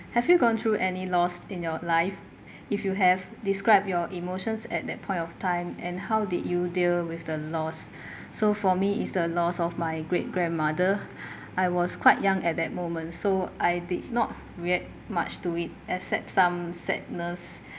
have you gone through any loss in your life if you have describe your emotions at that point of time and how did you deal with the loss so for me it's the loss of my great grandmother I was quite young at that moment so I did not react much to it except some sadness